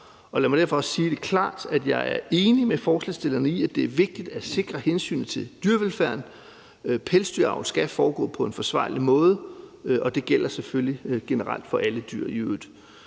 lad mig derfor sige det klart: Jeg er enig med forslagsstillerne i, at det er vigtigt at sikre hensynet til dyrevelfærden. Pelsdyravl skal foregå på en forsvarlig måde, og det gælder selvfølgelig generelt for alle dyr i øvrigt.